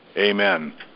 Amen